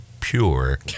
pure